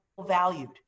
valued